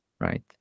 right